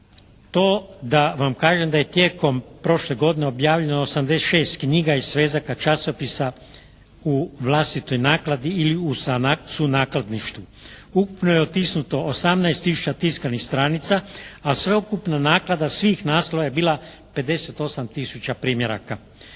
to da vam kažem da je tijekom prošle godine objavljeno 86 knjiga i svezaka, časopisa u vlastitoj nakladi ili u sunakladništvu. Ukupno je otisnuto 18 tisuća tiskanih stranica, a sveukupna naklada svih naslova je bila 58 tisuća primjeraka.